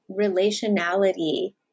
relationality